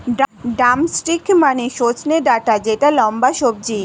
drumstick মানে সজনে ডাটা যেটা লম্বা সবজি